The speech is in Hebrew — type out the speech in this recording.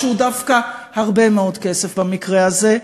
שהוא דווקא הרבה מאוד כסף במקרה הזה?